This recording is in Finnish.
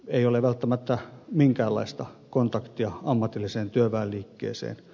ei ole välttämättä minkäänlaista kontaktia ammatilliseen työväenliikkeeseen